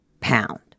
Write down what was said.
pound